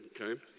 Okay